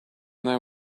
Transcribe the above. there